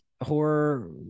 horror